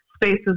Spaces